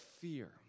fear